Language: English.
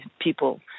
people